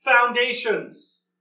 foundations